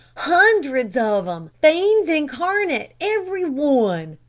hundreds of em. fiends incarnate every one!